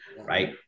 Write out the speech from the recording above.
right